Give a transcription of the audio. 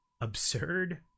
absurd